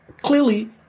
Clearly